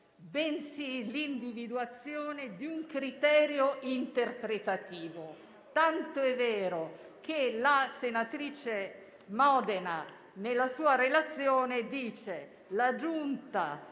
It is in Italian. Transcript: bensì l'individuazione di un criterio interpretativo. Tanto è vero che la senatrice Modena nella sua relazione ha detto che la Giunta